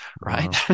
right